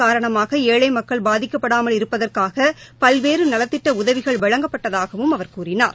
காரணமாகஏழைமக்கள் பாதிக்கப்படாமல் இருப்பதற்காகபல்வேறுவத்திட்டஉதவிகள் உரைடங்கு வழங்கப்பட்டதாகவும் அவர் கூறினார்